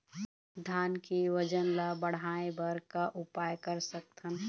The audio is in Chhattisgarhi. धान के वजन ला बढ़ाएं बर का उपाय कर सकथन?